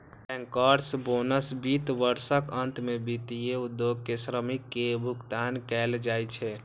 bankers bonus वित्त वर्षक अंत मे वित्तीय उद्योग के श्रमिक कें भुगतान कैल जाइ छै